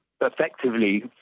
effectively